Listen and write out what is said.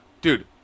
Dude